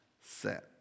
set